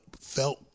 felt